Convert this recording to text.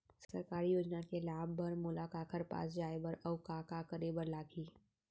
सरकारी योजना के लाभ बर मोला काखर पास जाए बर अऊ का का करे बर लागही?